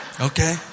Okay